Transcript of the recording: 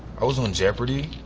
i was on jeopardy?